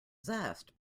zest